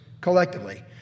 collectively